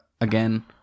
again